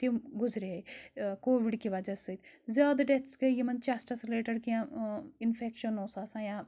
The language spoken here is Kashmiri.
تِم گُزرے کووِڈ کہِ وَجہ سۭتۍ زیادٕ ڈؠتھٕز گٔے یِمَن چَسٹَس رٕلیٹِڈ کینٛہہ اِنفؠکشَن اوس آسان یا